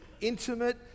intimate